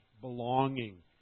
belonging